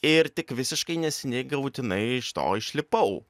ir tik visiškai neseniai galutinai iš to išlipau